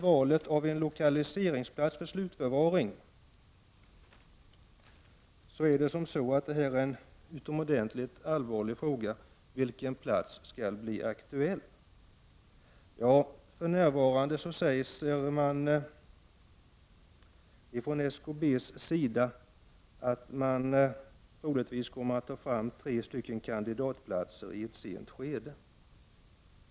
Valet av lokaliseringsplats för slutförvaring är en utomordentligt allvarlig fråga. För närvarande sägs från SKB:s sida att man troligtvis kommer att ta fram tre kandidatplatser i ett sent skede.